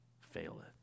faileth